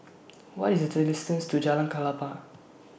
What IS The to Jalan Klapa